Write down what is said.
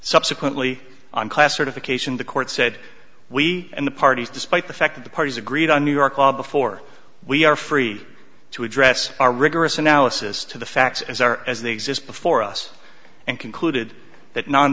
subsequently on class certification the court said we and the parties despite the fact that the parties agreed on new york before we are free to address our rigorous analysis to the facts as are as they exist before us and concluded that non